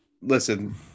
listen